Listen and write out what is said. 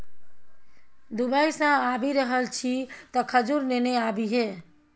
Dubai सँ आबि रहल छी तँ खजूर नेने आबिहे